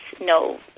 no